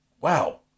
Wow